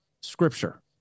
scripture